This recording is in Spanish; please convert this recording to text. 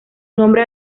nombre